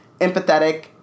empathetic